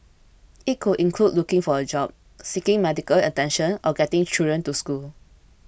it could include looking for a job seeking medical attention or getting children to school